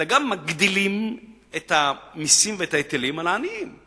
אלא גם מגדילים את המסים ואת ההיטלים על העניים.